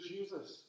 Jesus